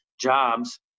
jobs